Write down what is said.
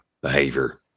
behavior